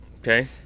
Okay